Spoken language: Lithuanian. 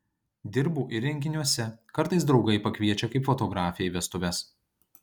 dirbu ir renginiuose kartais draugai pakviečia kaip fotografę į vestuves